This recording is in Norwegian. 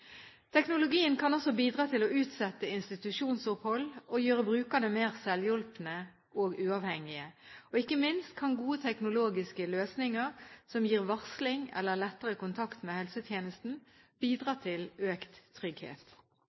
Teknologien kan også bidra til å utsette institusjonsopphold og gjøre brukerne mer selvhjulpne og uavhengige. Ikke minst kan gode teknologiske løsninger som gir varsling eller lettere kontakt med helsetjenesten, bidra til økt trygghet.